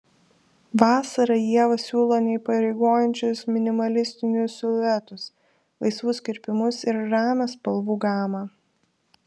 vasarą ieva siūlo neįpareigojančius minimalistinius siluetus laisvus kirpimus ir ramią spalvų gamą